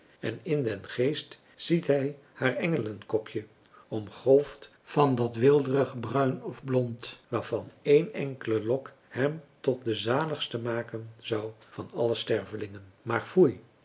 en in den geest ziet hij haar engelenkopje omgolfd van dat weelderig bruin of blond waarvan één enkele lok hem tot den zaligste maken zou van alle stervelingen maar foei